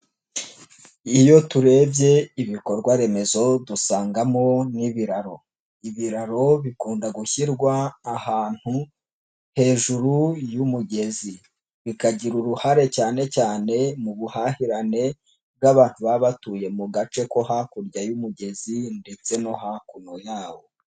Iyo turebye ibikorwa remezo dusangamo n'ibiraro, ibiraro bikunda gushyirwa ahantu hejuru y'umugezi, bikagira uruhare cyane cyane mu buhahirane bw'abantu baba batuye mu gace ko hakurya y'umugezi ndetse no hakuno yawo.